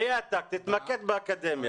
בחיאתק, תתמקד באקדמיה.